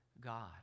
God